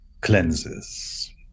cleanses